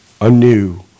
anew